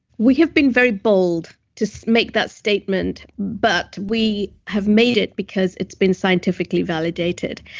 we have been very bold to so make that statement, but we have made it because it's been scientifically validated.